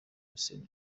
hussein